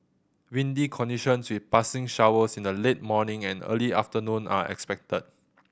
windy conditions with passing showers in the late morning and early afternoon are expected